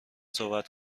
صحبت